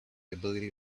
ability